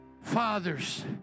Fathers